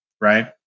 right